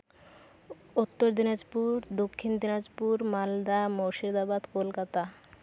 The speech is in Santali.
ᱩᱛᱛᱚᱨ ᱫᱤᱱᱟᱡᱽᱯᱩᱨ ᱫᱚᱠᱠᱷᱤᱱ ᱫᱤᱱᱟᱡᱽᱯᱩᱨ ᱢᱟᱞᱫᱟ ᱢᱩᱨᱥᱤᱫᱟᱵᱟᱫ ᱠᱳᱞᱠᱟᱛᱟ